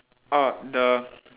orh the